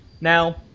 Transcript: Now